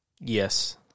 Yes